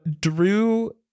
Drew